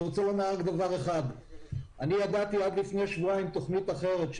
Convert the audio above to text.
אני רוצה לומר רק דבר אחד: אני ידעתי עד לפני שבועיים תוכנית אחרת,